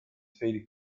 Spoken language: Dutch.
tweede